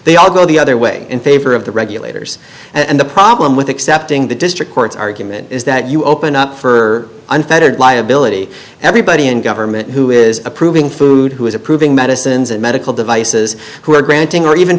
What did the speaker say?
they all go the other way in favor of the regulators and the problem with accepting the district courts argument is that you open up for unfettered liability everybody in government who is approving food who is approving medicines and medical devices who are granting or even